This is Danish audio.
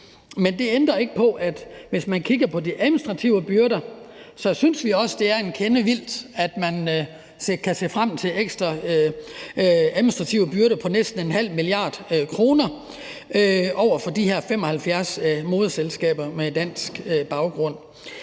Men det ændrer ikke på, at hvis man kigger på de administrative byrder, synes vi også, at det er en kende vildt, at man kan se frem til ekstra administrative byrder på næsten 0,5 mia. kr. for de her 75 moderselskaber med dansk baggrund.